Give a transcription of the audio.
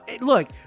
Look